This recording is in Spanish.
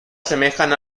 asemejan